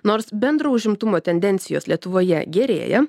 nors bendro užimtumo tendencijos lietuvoje gerėja